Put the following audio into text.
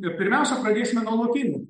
pirmiausia pradėsime nuo lotynų